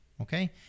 okay